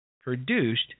produced